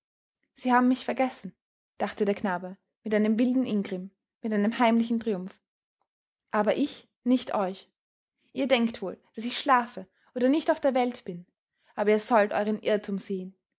sie haben mich vergessen dachte der knabe mit einem wilden ingrimm mit einem heimlichen triumph aber ich nicht euch ihr denkt wohl daß ich schlafe oder nicht auf der welt bin aber ihr sollt eueren irrtum sehen